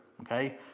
Okay